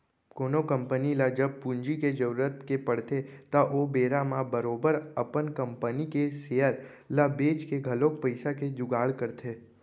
कोनो कंपनी ल जब पूंजी के जरुरत के पड़थे त ओ बेरा म बरोबर अपन कंपनी के सेयर ल बेंच के घलौक पइसा के जुगाड़ करथे